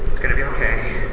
gonna be okay.